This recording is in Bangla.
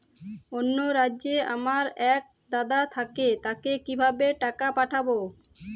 অন্য রাজ্যে আমার এক দাদা থাকে তাকে কিভাবে টাকা পাঠাবো?